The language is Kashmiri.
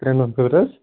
ترٮ۪ن دۄہن خٲطرٕ حظ